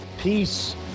Peace